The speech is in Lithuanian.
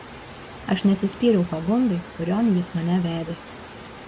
aš neatsispyriau pagundai kurion jis mane vedė